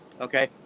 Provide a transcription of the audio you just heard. Okay